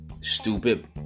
Stupid